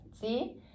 See